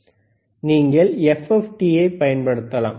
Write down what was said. நீங்கள் FFT ஐப் பயன்படுத்தலாமா